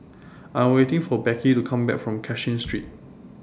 I Am waiting For Becky to Come Back from Cashin Street